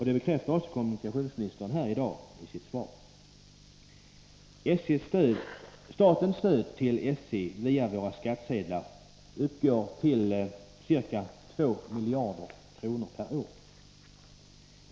Det bekräftar också kommunikationsministern i sitt svar här i dag. Statens stöd till SJ via våra skattsedlar uppgår till ca 2 miljarder kronor per år.